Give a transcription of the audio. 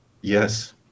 Yes